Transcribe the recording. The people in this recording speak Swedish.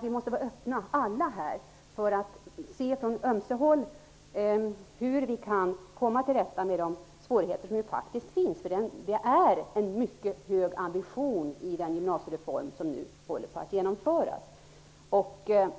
Vi måste alla vara öppna för att se från ömse håll hur vi kan komma till rätta med de svårigheter som faktiskt finns. Det finns en mycket hög ambition i den gymnasiereform som nu håller på att genomföras. Jag tror att